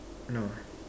no